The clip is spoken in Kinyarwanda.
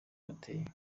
bateye